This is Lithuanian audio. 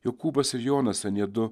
jokūbas ir jonas anie du